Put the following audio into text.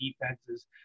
defenses